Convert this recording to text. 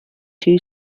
two